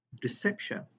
deception